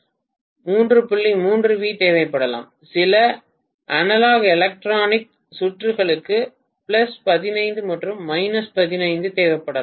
3 V தேவைப்படலாம் சில analog electronic சுற்றுகளுக்கு 15 மற்றும் 15 தேவைப்படலாம்